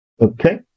Okay